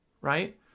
right